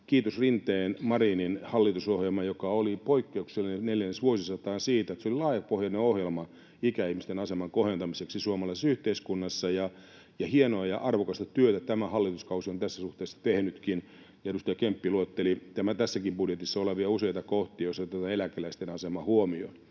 Kiitos Rinteen—Marinin-hallitusohjelman, joka oli poikkeuksellinen neljännesvuosisataan siitä, että se oli laajapohjainen ohjelma ikäihmisten aseman kohentamiseksi suomalaisessa yhteiskunnassa. Hienoa ja arvokasta työtä tämä hallituskausi on tässä suhteessa tehnytkin. Edustaja Kemppi luetteli tässäkin budjetissa olevia useita kohtia, joissa otetaan eläkeläisten asema huomioon.